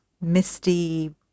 misty